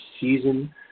season